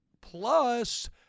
plus